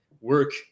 work